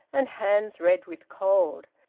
and hands red with cold.